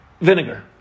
Vinegar